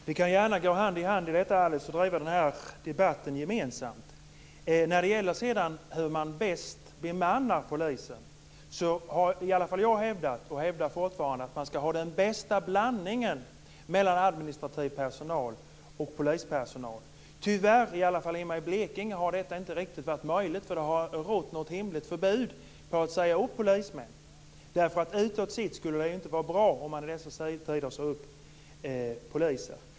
Fru talman! Vi kan gärna gå hand i hand, Alice Åström, och driva den här debatten gemensamt. När det gäller hur man bäst bemannar polisen har i varje fall jag hävdat - och det hävdar jag fortfarande - att man skall ha den bästa blandningen av administrativ personal och polispersonal. Tyvärr har detta, i varje fall hemma i Blekinge, inte riktigt varit möjligt, eftersom det har rått ett hemligt förbud mot att säga upp polismän. Det skulle utåt inte se bra ut att säga upp poliser.